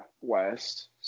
West